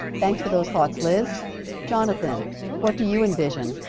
thanks for those thoughts liz jonathan what do you envision